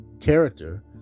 character